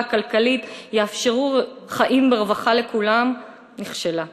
הכלכלית יאפשרו חיים ברווחה לכולם נכשלה.